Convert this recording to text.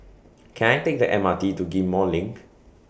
Can I Take The M R T to Ghim Moh LINK